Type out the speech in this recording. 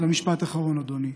זה משפט אחרון, אדוני.